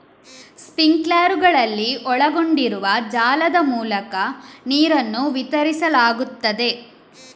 ಸ್ಪ್ರಿಂಕ್ಲರುಗಳಲ್ಲಿ ಒಳಗೊಂಡಿರುವ ಜಾಲದ ಮೂಲಕ ನೀರನ್ನು ವಿತರಿಸಲಾಗುತ್ತದೆ